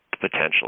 potentially